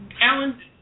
Alan